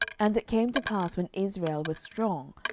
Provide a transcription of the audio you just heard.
and it came to pass, when israel was strong,